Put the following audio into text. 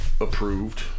Approved